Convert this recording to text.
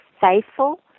faithful